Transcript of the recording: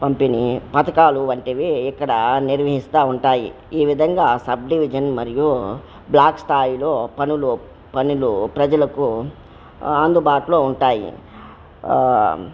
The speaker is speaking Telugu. పంపిణీ పథకాలు వంటివి ఇక్కడ నిర్వహిస్తు ఉంటాయి ఈ విధంగా సబ్ డివిజన్ మరియు బ్లాక్ స్థాయిలో పనులు పనులు ప్రజలకు అందుబాటులో ఉంటాయి